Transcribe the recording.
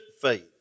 faith